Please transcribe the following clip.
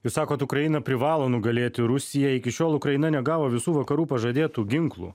jūs sakot ukraina privalo nugalėti rusiją iki šiol ukraina negavo visų vakarų pažadėtų ginklų